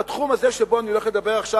בתחום הזה שבו אני הולך לדבר עכשיו,